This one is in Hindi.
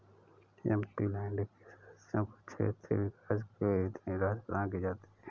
एम.पी.लैंड के सदस्यों को क्षेत्रीय विकास के लिए कितनी राशि प्रदान की जाती है?